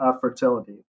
fertility